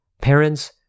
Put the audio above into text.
Parents